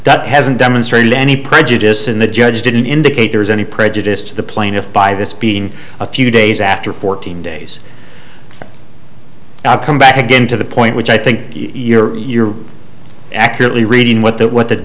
that hasn't demonstrated any prejudice in the judge didn't indicate there is any prejudice to the plaintiff by this being a few days after fourteen days i come back again to the point which i think you're you're accurately reading what that what the